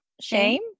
Shame